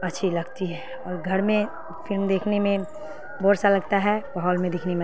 اچھی لگتی ہے اور گھر میں فلم دیکھنے میں بور سا لگتا ہے ہال میں دیکھنے میں